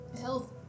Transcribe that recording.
health